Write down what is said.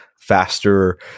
faster